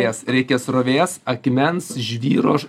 jas reikia srovės akmens žvyro